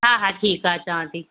हा हा ठीक आ अचांव ती